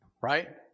Right